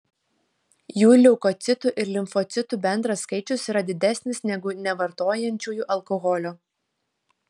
jų leukocitų ir limfocitų bendras skaičius yra didesnis negu nevartojančiųjų alkoholio